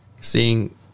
seeing